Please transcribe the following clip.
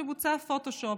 שבוצע פוטושופ.